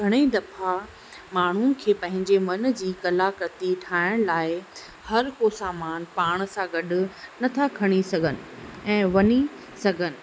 घणई दफ़ा माण्हुनि खे पंहिंजे मन जी कलाकृति ठाहिण लाइ हरको सामानु पाण सां गॾु नथा खणी सघनि ऐं वञी सघनि